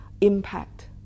impact